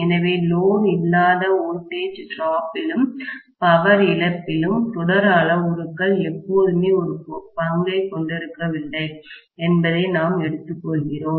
எனவே லோடு இல்லாத வோல்டேஜ் டிராப்பிலும் பவர் இழப்பிலும் தொடர் அளவுருக்கள் எப்போதுமே ஒரு பங்கைக் கொண்டிருக்கவில்லை என்பதை நாம் எடுத்துக்கொள்கிறோம்